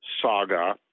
saga